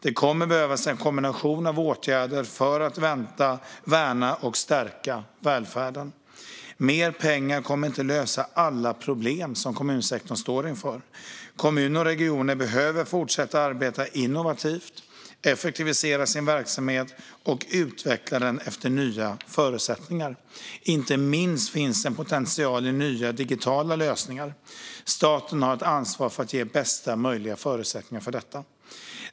Det kommer att behövas en kombination av åtgärder för att värna och stärka välfärden. Mer pengar kommer inte att lösa alla problem som kommunsektorn står inför. Kommuner och regioner behöver fortsätta arbeta innovativt, effektivisera sin verksamhet och utveckla den efter nya förutsättningar. Inte minst finns en potential i nya digitala lösningar. Staten har ett ansvar för att ge bästa möjliga förutsättningar för detta.